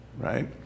right